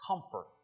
comfort